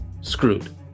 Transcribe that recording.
screwed